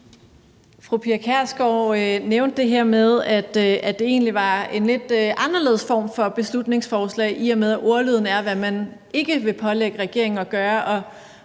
Fru Pia Kjærsgaard nævnte det her med, at det egentlig var en lidt anderledes form for beslutningsforslag, i og med at ordlyden er, hvad man ikke vil pålægge regeringen at gøre,